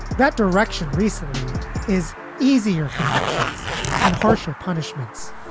that direction recently is easier. convictions and harsher punishments.